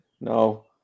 No